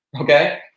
okay